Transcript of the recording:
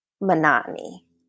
monotony